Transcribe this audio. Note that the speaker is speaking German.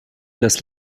das